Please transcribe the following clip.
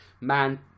man